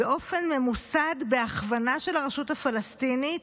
באופן ממוסד, בהכוונה של הרשות הפלסטינית,